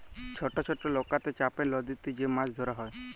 ছট ছট লকাতে চাপে লদীতে যে মাছ ধরা হ্যয়